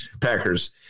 Packers